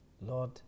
Lord